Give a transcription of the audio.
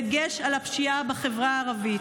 בדגש על הפשיעה בחברה הערבית,